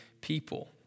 people